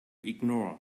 ignore